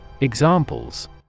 Examples